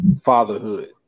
fatherhood